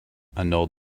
annulled